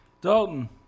Dalton